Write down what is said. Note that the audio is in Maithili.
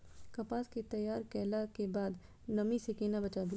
कपास के तैयार कैला कै बाद नमी से केना बचाबी?